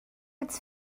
its